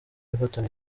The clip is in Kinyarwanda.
everton